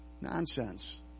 Nonsense